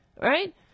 Right